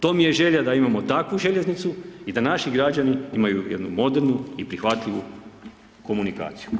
To mi je želja da imamo takvu željeznicu i da naši građani imaju jednu modernu i prihvatljivu komunikaciju.